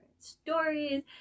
stories